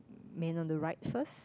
man on the right first